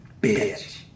bitch